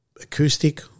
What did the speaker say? acoustic